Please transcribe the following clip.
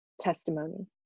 testimony